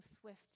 swift